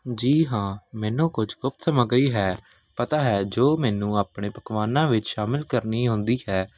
ਜੀ ਹਾਂ ਮੈਨੂੰ ਕੁਝ ਗੁਪਤ ਸਮੱਗਰੀ ਹੈ ਪਤਾ ਹੈ ਜੋ ਮੈਨੂੰ ਆਪਣੇ ਪਕਵਾਨਾਂ ਵਿੱਚ ਸ਼ਾਮਿਲ ਕਰਨੀ ਆਉਂਦੀ ਹੈ